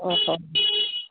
ᱚ ᱦᱚᱸ